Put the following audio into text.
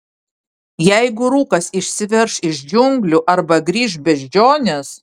jeigu rūkas išsiverš iš džiunglių arba grįš beždžionės